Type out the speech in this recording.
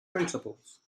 principals